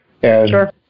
Sure